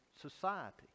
society